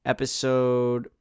Episode